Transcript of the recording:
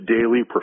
daily